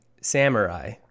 Samurai